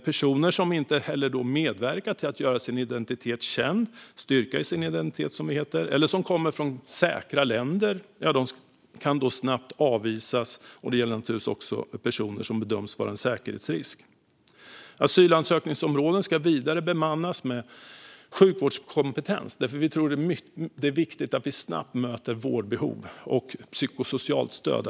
Personer som inte medverkar till att göra sin identitet känd - styrka sin identitet, som det heter - eller som kommer från säkra länder kan då snabbt avvisas. Det gäller naturligtvis också personer som bedöms vara en säkerhetsrisk. Asylansökningsområden ska vidare bemannas med sjukvårdskompetens. Vi tror att det är viktigt att snabbt möta vårdbehov och att kunna ge psykosocialt stöd.